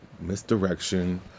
misdirection